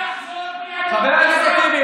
חבר הכנסת טיבי,